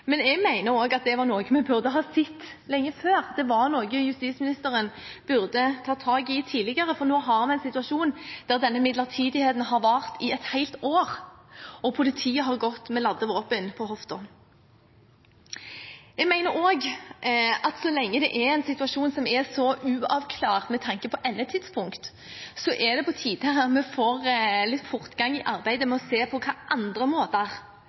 men jeg mener at det er noe vi burde ha sett lenge før, at det er noe justisministeren burde ha tatt tak i tidligere, for nå har vi en situasjon der denne midlertidigheten har vart i et helt år, hvor politiet har gått med ladde våpen på hofta. Jeg mener også at så lenge vi har en situasjon som er så uavklart med tanke på endetidspunkt, er det på tide at vi får litt fortgang i arbeidet med å se på hvilke andre måter